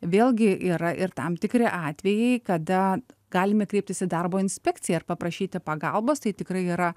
vėlgi yra ir tam tikri atvejai kada galime kreiptis į darbo inspekciją ir paprašyti pagalbos tai tikrai yra